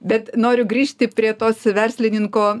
bet noriu grįžti prie tos verslininko